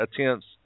attempts